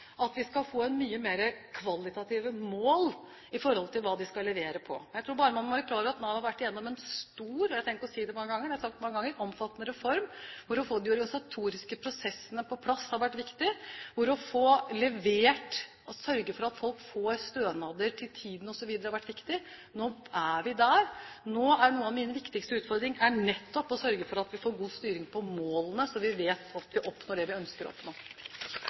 at vi skal få mye mer kvalitative mål når det gjelder hva de skal levere på. Jeg tror bare man må være klar over at Nav har vært gjennom en stor og – jeg trenger ikke å si det mer, for jeg har sagt det mange ganger – omfattende reform. Å få de organisatoriske prosessene på plass har vært viktig, å få levert, å sørge for at folk får stønader til tiden osv., har vært viktig. Nå er vi der. Nå er noe av min viktigste utfordring nettopp å sørge for at vi får god styring på målene slik at vi oppnår det vi ønsker å oppnå.